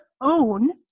own